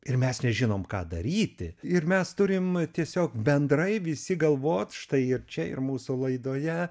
ir mes nežinom ką daryti ir mes turim tiesiog bendrai visi galvot štai ir čia ir mūsų laidoje